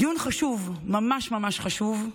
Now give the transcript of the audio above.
דיון חשוב, ממש ממש חשוב.